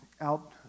out